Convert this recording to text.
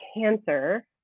cancer